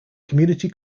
community